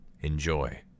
Enjoy